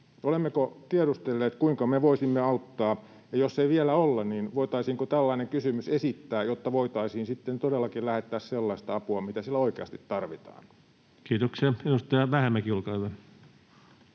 Olemmeko tiedustelleet, kuinka me voisimme auttaa, ja jos ei vielä olla, niin voitaisiinko tällainen kysymys esittää, jotta voitaisiin sitten todellakin lähettää sellaista apua, mitä siellä oikeasti tarvitaan? [Speech 141] Speaker: